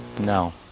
no